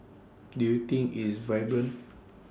do you think it's vibrant